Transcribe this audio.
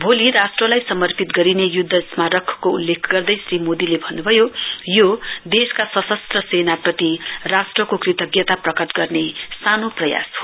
भोलि राष्ट्रलाई समर्पित गरिने युध्द स्मराकको उल्लेख गर्दै श्री मोदीले भन्न्भयो यो देशका सशस्त्र सेनाप्रति राष्ट्रको कृतज्ञता प्रकट गर्ने सानो प्रयास हो